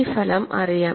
ഈ ഫലം അറിയാം